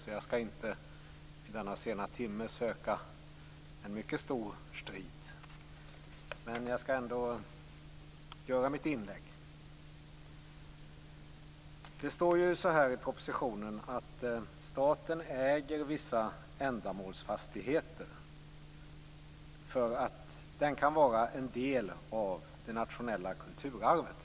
Jag skall därför inte i denna sena timme söka någon mycket stor strid. Men jag skall ändå göra mitt inlägg. I propositionen står det att staten äger vissa ändamålsfastigheter. De kan nämligen vara en del av det nationella kulturarvet.